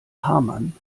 hamann